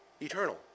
eternal